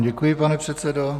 Děkuji vám, pane předsedo.